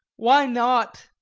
why not?